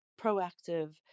proactive